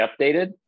updated